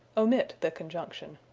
omit the conjunction.